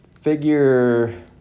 figure